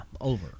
over